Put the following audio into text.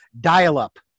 dial-up